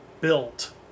built